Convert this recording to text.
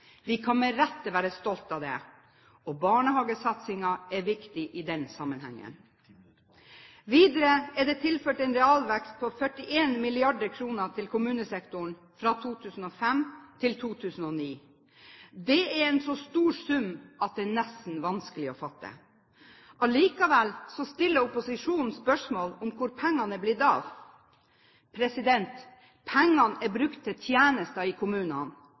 Vi kan med rette være stolte av dette! Og barnehagesatsingen er viktig i den sammenheng. Videre er det tilført en realvekst på 41 mrd. kr til kommunesektoren fra 2005 til 2009. Det er en så stor sum at det nesten er vanskelig å fatte. Allikevel stiller opposisjonen spørsmål om hvor pengene er blitt av. Pengene er brukt til tjenester i kommunene.